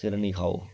सिर निं खाओ